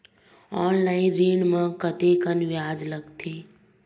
Online ऋण म कतेकन ब्याज लगथे?